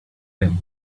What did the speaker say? him